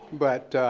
but